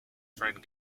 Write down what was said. friend